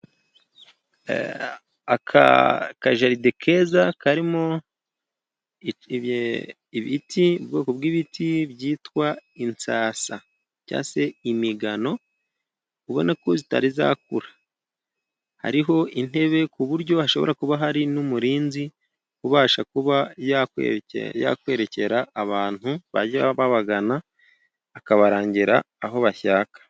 Akajaride keza karimo ibiti, ubwoko bw'ibiti byitwa insasa. Cyngwa se imigano, ubona ko itari yakura. Hariho intebe ku buryo hashobora kuba hariho n'umurinzi ubasha kuba yakwerekera abantu bajya babagana, akabarangira aho bashaka.